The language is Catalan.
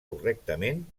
correctament